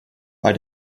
bei